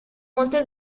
molte